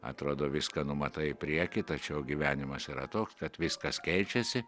atrodo viską numatai į priekį tačiau gyvenimas yra toks kad viskas keičiasi